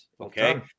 Okay